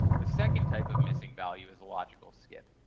the second type of missing value is a logical skip.